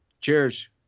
Cheers